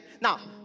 Now